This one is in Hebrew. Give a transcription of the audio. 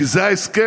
כי זה ההסכם.